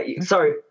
sorry